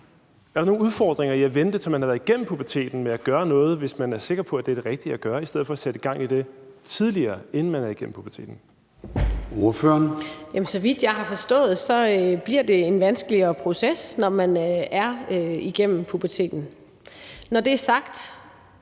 Er der nogle udfordringer i at vente, til man har været gennem puberteten, med at gøre noget, hvis man er sikker på, at det er det rigtige at gøre, i stedet for at sætte gang i det tidligere, inden man er igennem puberteten? Kl. 21:13 Formanden (Søren Gade): Ordføreren. Kl. 21:13 Louise Brown (LA): Så vidt jeg har forstået, bliver det en vanskeligere proces, når man er igennem puberteten. Når det er sagt,